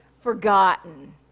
forgotten